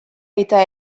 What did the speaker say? eta